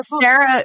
Sarah